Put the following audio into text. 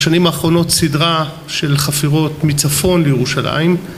בשנים האחרונות סדרה של חפירות מצפון לירושלים